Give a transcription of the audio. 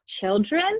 children